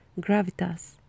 gravitas